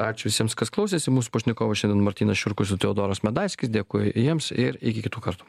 ačiū visiems kas klausėsi mūsų pašnekovas šiandien martynas šiurkus ir teodoras medaiskis dėkui jiems ir iki kitų kartų